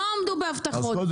לא העמדו בהבטחות,